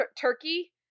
Turkey